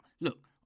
look